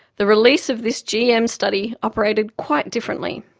the release of this gm study operated quite differently.